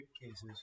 cases